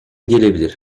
gelebilir